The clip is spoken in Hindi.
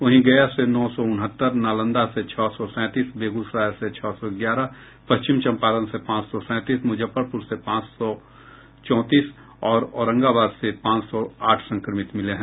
वहीं गया से नौ सौ उनहत्तर नालंदा से छह सौ सैंतीस बेगूसराय से छह सौ ग्यारह पश्चिम चंपारण से पांच सौ सैंतीस मुजफ्फरपुर से पांच सौ चौंतीस और औरंगाबाद से पांच सौ आठ संक्रमित मिले हैं